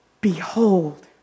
Behold